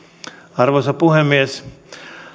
arvoisa puhemies